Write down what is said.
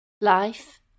Life